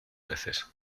veces